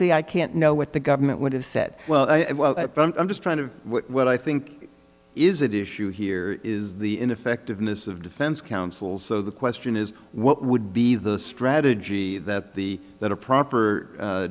the i can't know what the government would have said well i'm just trying to what i think is at issue here is the ineffectiveness of defense counsel so the question is what would be the strategy that the that a proper